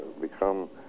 become